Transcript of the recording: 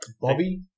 Bobby